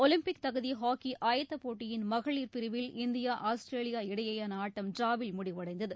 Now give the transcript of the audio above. Olympic தகுதி ஆஸ்தி ஆயத்தப்போட்டியின் மகளிர் பிரிவில் இந்தியா ஆஸ்திரேலியா இடையேயான ஆட்டம் டிராவில் முடிவடைந்தது